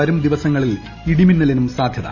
വരും ദിവസങ്ങളിൽ ഇടിമിന്നലിനും സാധ്യത